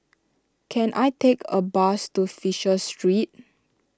can I take a bus to Fisher Street